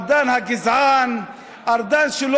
ארדן הגזען,